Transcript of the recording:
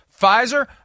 Pfizer